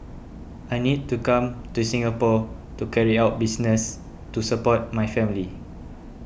I need to come to Singapore to carry out business to support my family